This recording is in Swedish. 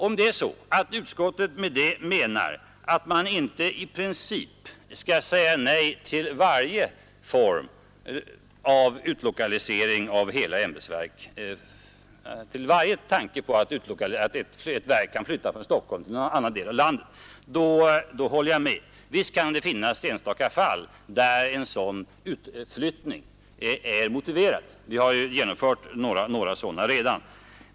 Om utskottet med det menar att man inte i princip skall säga nej till varje tanke på att ett verk kan flytta från Stockholm till en annan del av landet så håller jag med. Visst kan det finnas enstaka fall där sådan utflyttning är motiverad; vi har genomfört några sådana redan.